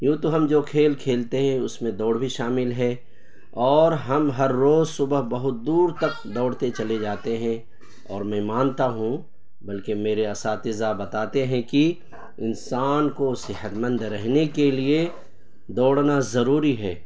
یوں تو ہم جو کھیل کھیلتے ہیں اس میں دوڑ بھی شامل ہے اور ہم ہر روز صبح بہت دور تک دوڑتے چلے جاتے ہیں اور میں مانتا ہوں بلکہ میرے اساتذہ بتاتے ہیں کہ انسان کو صحت مند رہنے کے لیے دوڑنا ضروری ہے